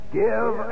give